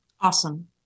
Awesome